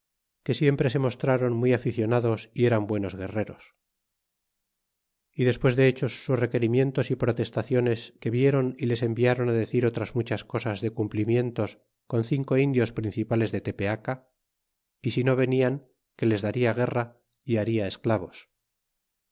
que siempre se mostraron muy aficionados y eran buenos guerreros y despues de hechos sus requerimientos y protestaciones que vieron y les environ decir otras muchas cosas de cumplimientos con cinco indios prin cipales de tepeaca y si no venian que les darla guerra y haria esclavos